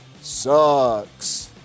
sucks